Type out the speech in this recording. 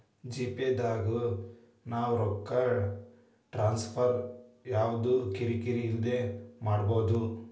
GPay ದಾಗು ನಾವ್ ರೊಕ್ಕ ಟ್ರಾನ್ಸ್ಫರ್ ಯವ್ದ ಕಿರಿ ಕಿರಿ ಇಲ್ದೆ ಮಾಡ್ಬೊದು